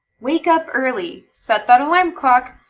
wake up early. set that alarm clock!